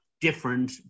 different